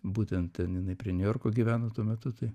būtent ten jinai prie niujorko gyveno tuo metu tai